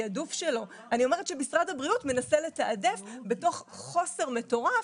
אני אומרת שמשרד הבריאות מנסה לתעדף בתוך חוסר מטורף.